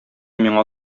миңа